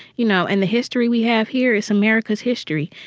you know? and the history we have here is america's history.